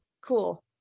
cool